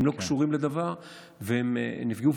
הם לא קשורים לדבר והם נפגעו.